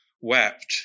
wept